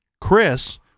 Chris